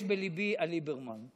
יש בליבי על ליברמן.